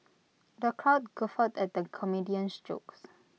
the crowd guffawed at the comedian's jokes